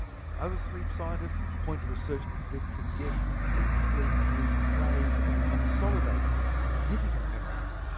and other sleep scientists point to research that suggests that sleep replays and consolidates significant memories.